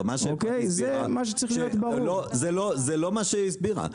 זה לא מה שהיא הסבירה.